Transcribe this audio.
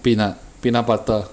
peanut peanut butter